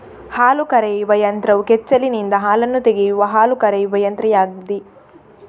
ಹಾಲು ಕರೆಯುವ ಯಂತ್ರವು ಕೆಚ್ಚಲಿನಿಂದ ಹಾಲನ್ನು ತೆಗೆಯುವ ಹಾಲು ಕರೆಯುವ ಯಂತ್ರವಾಗಿದೆ